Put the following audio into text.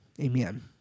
Amen